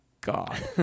God